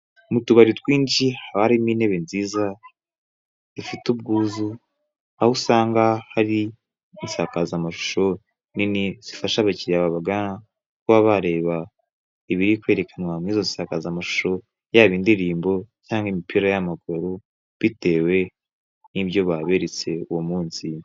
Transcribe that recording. Mu tubari twinshi haba harimo intebe nziza, zifite ubwuzu, aho usanga hari insakazamashusho nini zifasha abakiriya babagana kuba bareba ibiri kwerekanwa muri izo nsakazamashusho, yaba indirimbo cyangwa imipira y'amaguru, bitewe n'ibyo baberetse uwo munsi.